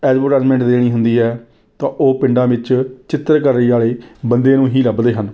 advertisement ਦੇਣੀ ਹੁੰਦੀ ਹੈ ਤਾਂ ਉਹ ਪਿੰਡਾਂ ਵਿੱਚ ਚਿੱਤਰਕਾਰੀ ਵਾਲੇ ਬੰਦੇ ਨੂੰ ਹੀ ਲੱਭਦੇ ਹਨ